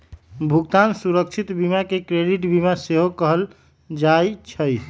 भुगतान सुरक्षा बीमा के क्रेडिट बीमा सेहो कहल जाइ छइ